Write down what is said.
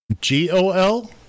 G-O-L